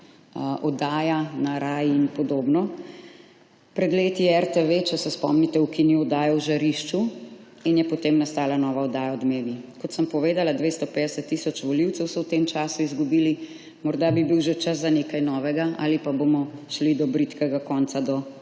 oddaja, na RAI in podobno. Pred leti je RTV, če se spomnite, ukinil oddajo V žarišču in je potem nastala nova oddaja Odmevi. Kot sem povedala, 250 tisoč volivcev so v tem času izgubili. Morda bi bil že čas za nekaj novega ali pa bomo šli do bridkega konca do